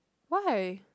why